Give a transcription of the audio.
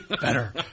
Better